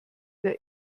der